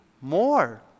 more